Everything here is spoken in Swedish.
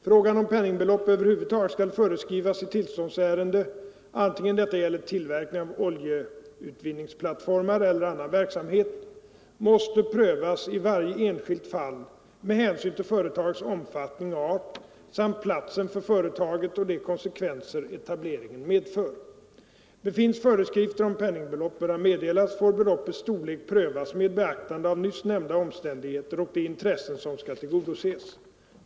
Frågan huruvida penningbelopp över huvud taget skall föreskrivas i tillståndsärende, antingen detta gäller tillverkning av oljeutvinningsplattformar eller annan verksamhet, måste prövas i varje enskilt fall med hänsyn till företagets omfattning och art samt platsen för företaget och de konsekvenser etableringen medför. Befinns föreskrifter om penningbelopp böra meddelas får beloppets storlek prövas med beaktande av nyss nämnda omständigheter och de intressen som skall tillgodoses.